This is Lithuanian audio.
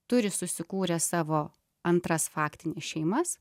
turi susikūrę savo antras faktines šeimas